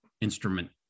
instrument